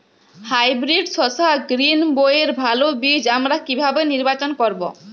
Hybrid শসা গ্রীনবইয়ের ভালো বীজ আমরা কিভাবে নির্বাচন করব?